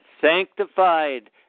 sanctified